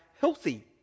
healthy